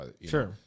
Sure